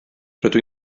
rydw